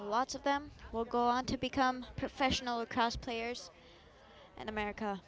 lots of them will go on to become professional players and america